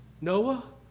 Noah